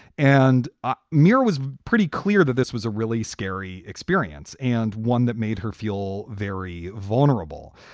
and ah mira was pretty clear that this was a really scary experience and one that made her feel very vulnerable.